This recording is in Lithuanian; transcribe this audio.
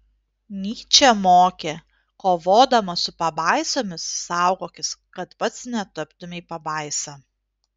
nyčė mokė kovodamas su pabaisomis saugokis kad pats netaptumei pabaisa